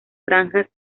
franjas